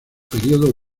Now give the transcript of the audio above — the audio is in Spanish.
período